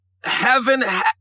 heaven